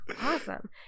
Awesome